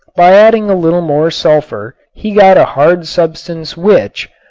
by adding a little more sulfur he got a hard substance which,